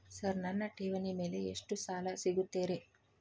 Sir ನನ್ನ ಠೇವಣಿ ಮೇಲೆ ಎಷ್ಟು ಸಾಲ ಸಿಗುತ್ತೆ ರೇ?